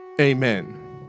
amen